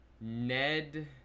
Ned